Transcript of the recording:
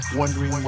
wondering